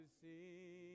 see